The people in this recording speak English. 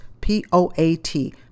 P-O-A-T